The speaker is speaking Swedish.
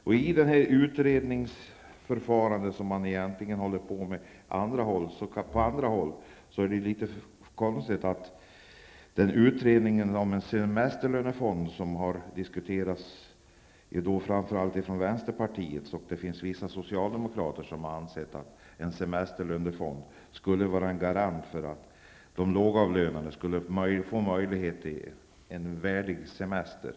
Det pågår ett utredningsförfarande på andra håll. Därför är det litet märkligt att det inte finns någon möjlighet att utreda ett förslag om en semesterlönefond, som framför allt vänsterpartiet och vissa socialdemokrater har förespråkat. En sådan fond skulle göra det möjligt för lågavlönade att få en värdig semester.